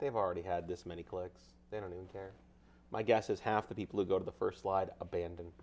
they've already had this many clicks they don't even care my guess is half the people who go to the first slide abandon